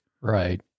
Right